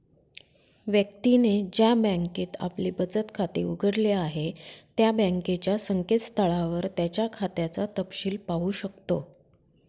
व्यक्तीने ज्या बँकेत आपले बचत खाते उघडले आहे त्या बँकेच्या संकेतस्थळावर त्याच्या खात्याचा तपशिल पाहू शकतो